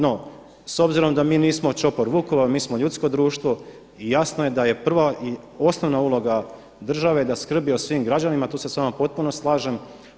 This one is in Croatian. No, s obzirom da mi nismo čopor vukova, mi smo ljudsko društvo i jasno je da je prva i osnovna uloga države da skrbi o svim građanima, tu se s vama potpuno slažem.